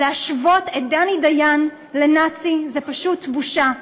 להשוות את דני דיין לנאצי זה פשוט בושה.